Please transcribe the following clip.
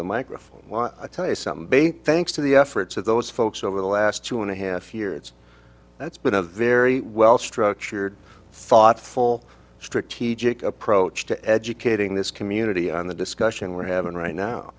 the microphone while i tell you something thanks to the efforts of those folks over the last two and a half years it's that's been a very well structured thoughtful strategic approach to educating this community on the discussion we're having right now